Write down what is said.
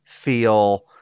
feel